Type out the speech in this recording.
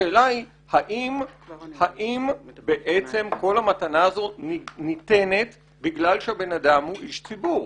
השאלה האם בעצם כל המתנה הזאת ניתנת בגלל שהבן אדם הוא איש ציבור.